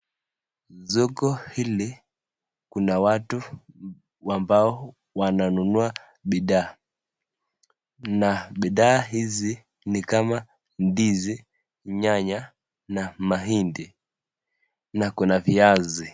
Soko hili, kuna watu ambao wananunua bidhaa, na bidhaa hizi ni kama ndizi, nyanya, na mahindi, na kuna viazi.